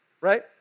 right